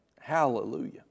hallelujah